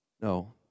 No